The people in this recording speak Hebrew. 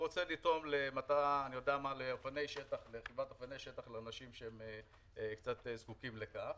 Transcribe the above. הוא רוצה לתרום למטרה של רכיבת אופני שטח לאנשים שזקוקים לכך,